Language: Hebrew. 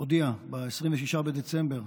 הודיע ב-26 בדצמבר